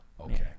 okay